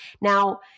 Now